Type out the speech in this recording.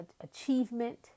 achievement